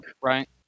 right